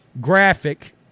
graphic